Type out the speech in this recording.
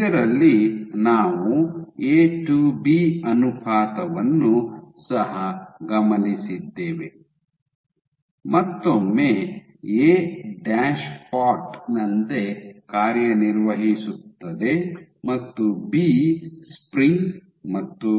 ಇದರಲ್ಲಿ ನಾವು A to B ಅನುಪಾತವನ್ನು ಸಹ ಗಮನಿಸಿದ್ದೇವೆ ಮತ್ತೊಮ್ಮೆ ಎ ಡ್ಯಾಶ್ಪಾಟ್ ನಂತೆ ಕಾರ್ಯನಿರ್ವಹಿಸುತ್ತದೆ ಮತ್ತು ಬಿ ಸ್ಪ್ರಿಂಗ್ ಮತ್ತು